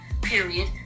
period